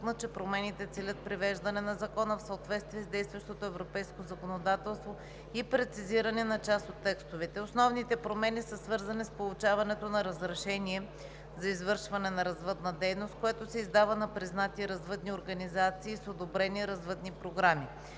че промените целят привеждане на Закона в съответствие с действащото европейско законодателство и прецизиране на част от текстовете. Основните промени са свързани с получаването на разрешение за извършване на развъдна дейност, което се издава на признати развъдни организации с одобрени развъдни програми.